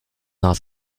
not